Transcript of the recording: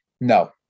No